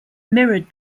mirrored